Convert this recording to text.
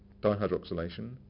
dihydroxylation